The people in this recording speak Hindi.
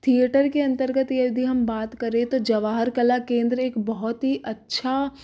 थिएटर के अंतर्गत यदि हम बात करें तो जवाहर कला केंद्र एक बहुत ही अच्छा